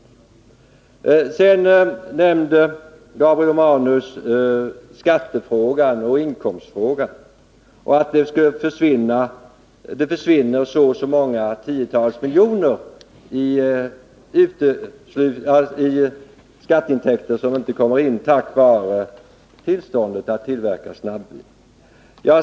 Gabriel Romanus nämnde också skatteoch inkomstfrågan och sade att si och så många tiotal miljoner i skatteintäkter inte kommer in på grund av tillståndet att tillverka snabbvin.